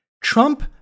Trump